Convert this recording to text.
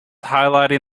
highlighting